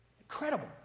Incredible